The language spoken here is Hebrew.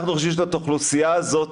אנחנו חושבים שאת האוכלוסייה הזאת